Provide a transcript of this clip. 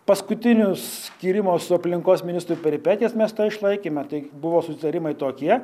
paskutinius tyrimo su aplinkos ministru peripetijas mes tą išlaikėme tai buvo sutarimai tokie